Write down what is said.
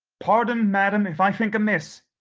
pardon, madam, if i think amiss.